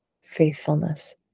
faithfulness